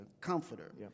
comforter